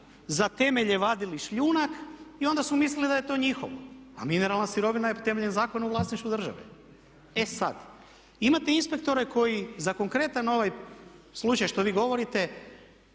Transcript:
za temelje vadili šljunak i onda su mislili da je to njihovo. A mineralna sirovina je temeljem zakona u vlasništvu države. E sad, imate inspektore koji za konkretan ovaj slučaj što vi govorite